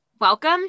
Welcome